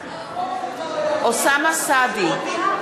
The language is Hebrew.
אוסאמה סעדי,